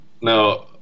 Now